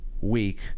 week